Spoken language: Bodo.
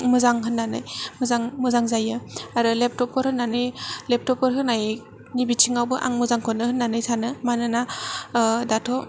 मोजां होन्नानै मोजां जायो आरो लेपटप फोर होनानै लेपटप फोर होनायनि बिथिङावबो आं मोजांखौनो होन्नानै सानो मानोना दाथ'